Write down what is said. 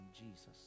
Jesus